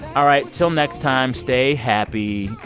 all right, till next time. stay happy.